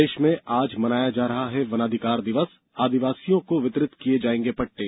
प्रदेश में आज मनाया जा रहा है वनाधिकार दिवस आदिवासियों को वितरित किये जायेंगे पट्टे